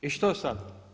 I što sad?